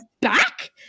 back